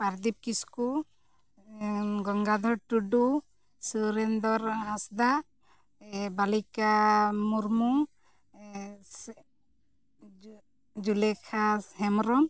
Pradip Kisku Gangadhar Tudu Surendar Hansda Balika Murmu Juleka Hembrom